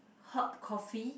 hot coffee